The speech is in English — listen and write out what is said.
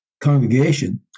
congregation